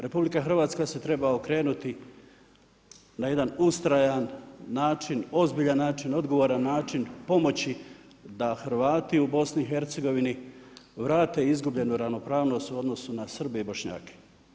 RH se treba okrenuti na jedan ustrajan način, ozbiljan način, odgovoran način pomoći da Hrvati u BIH, vrate izgubljenu ravnopravnost u odnosu na Srbe i Bošnjake.